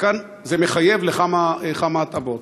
וכאן זה מחייב כמה התאמות.